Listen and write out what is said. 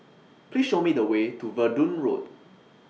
Please Show Me The Way to Verdun Road